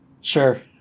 Sure